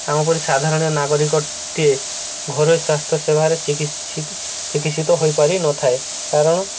ଆମ ପରି ସାଧାରଣ ନାଗରିକଟିଏ ଘରୋଇ ସ୍ୱାସ୍ଥ୍ୟ ସେବାରେ ଚିକିତ୍ ଚିକିତ୍ସିତ ହୋଇପାରିନଥାଏ କାରଣ